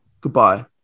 Goodbye